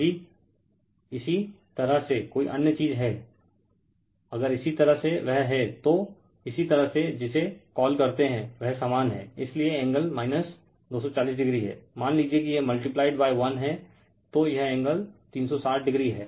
यदि इसी तरह से कोई अन्य चीज हैं अगर इसी तरह से वह है तो इसी तरह से जिसे कॉल करते हैं वह समान हैंइसीलिए एंगल 240o हैं मान लीजिये कि यह मल्टीप्लाई बाय 1 हैं तो यह एक एंगल 360o है